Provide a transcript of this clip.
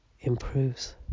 improves